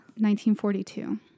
1942